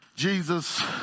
Jesus